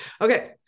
Okay